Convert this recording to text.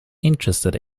interested